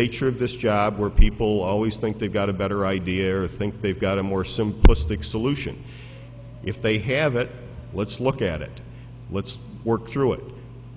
nature of this job where people always think they've got a better idea or think they've got a more simplistic solution if they have it let's look at it let's work through it